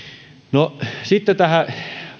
tähän